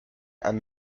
and